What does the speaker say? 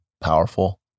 powerful